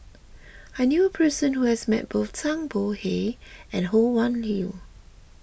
I knew a person who has met both Zhang Bohe and Ho Wan Hui